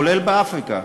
כולל באפריקה,